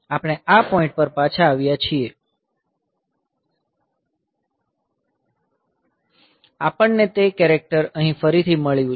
આપણે આ પોઈન્ટ પર પાછા આવ્યા છીએ આપણને તે કેરેક્ટર અહીં ફરીથી મળ્યું છે